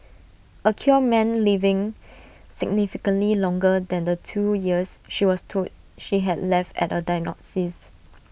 A cure meant living significantly longer than the two years she was told she had left at A diagnosis